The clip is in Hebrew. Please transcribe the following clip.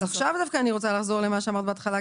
עכשיו דווקא אני רוצה לחזור למה שאמרת בהתחלה,